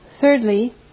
Thirdly